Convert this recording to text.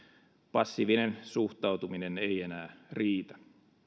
passiivinen suhtautuminen ei enää riitä